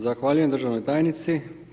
Zahvaljujem državnoj tajnici.